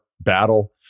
battle